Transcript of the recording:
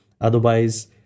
otherwise